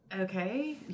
Okay